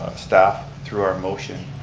staff through our motion